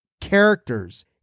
characters